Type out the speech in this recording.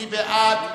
מי בעד?